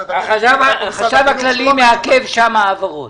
החשב הכללי מעכב שם העברות.